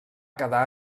quedar